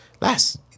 last